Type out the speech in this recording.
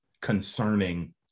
concerning